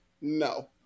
No